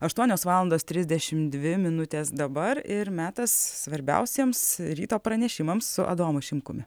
aštuonios valandos trisdešim dvi minutės dabar ir metas svarbiausiems ryto pranešimams su adomu šimkumi